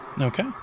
Okay